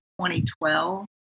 2012